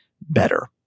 better